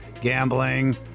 gambling